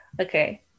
Okay